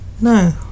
No